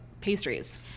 pastries